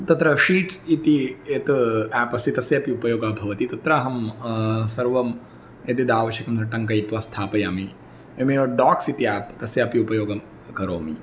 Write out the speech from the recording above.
तत्र शीट्स् इति यत् आप् अस्ति तस्य अपि उपयोगः भवति तत्र अहं सर्वं यद्यद् आवश्यकं तद् टङ्कयित्वा स्थापयामि एवामेव डाक्स् इति याप् तस्य अपि उपयोगं करोमि